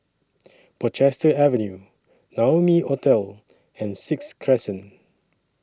Portchester Avenue Naumi Hotel and Sixth Crescent